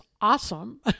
awesome